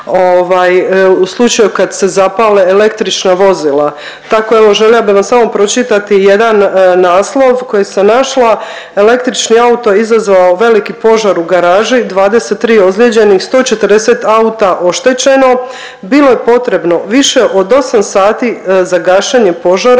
u slučaju kad se zapale električna vozila. Tako evo željela bih vam samo pročitati jedan naslov koji sam našla. „Električni auto izazvao veliki požar u garaži, 23 ozlijeđenih, 140 auta oštećeno. Bilo je potrebno više od 8 sati za gašenje požara